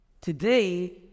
Today